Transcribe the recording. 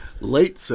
late